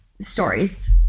Stories